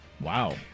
Wow